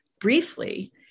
briefly